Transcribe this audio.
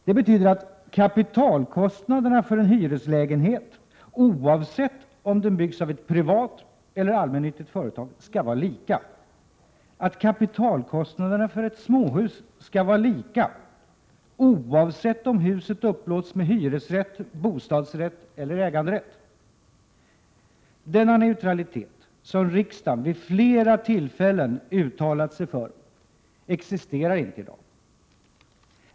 Det betyder att kapitalkostnaderna för en hyreslägenhet skall vara lika, oavsett om den byggs av ett privat eller allmännyttigt företag, och att kapitalkostnaderna för ett småhus skall vara lika, oavsett om huset upplåts med hyresrätt, bostadsrätt eller äganderätt. Denna neutralitet, som riksdagen vid flera tillfällen uttalat sig för, existerar inte i dag.